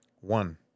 One